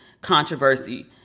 controversy